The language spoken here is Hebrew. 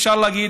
אפשר להגיד,